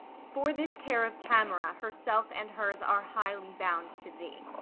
for this care of tamora, herself and hers are highly bound to thee.